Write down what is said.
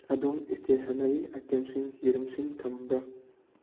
ꯑꯗꯣꯝ ꯏꯁꯇꯦꯁꯅꯔꯤ ꯑꯥꯏꯇꯦꯝꯁꯤꯡ ꯌꯦꯔꯨꯝꯁꯤꯡ ꯊꯝꯕ꯭ꯔꯥ